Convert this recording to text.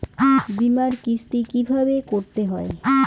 বিমার কিস্তি কিভাবে করতে হয়?